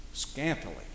Scantily